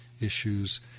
issues